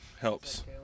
Helps